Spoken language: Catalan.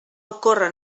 ocórrer